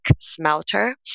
smelter